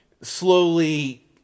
slowly